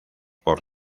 por